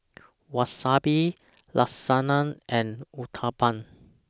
Wasabi Lasagna and Uthapam